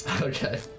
Okay